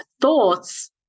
thoughts